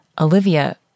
Olivia